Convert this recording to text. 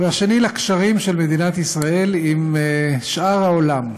והשני, לקשרים של מדינת ישראל עם שאר העולם.